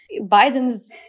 Biden's